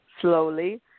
slowly